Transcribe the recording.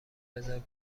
بزار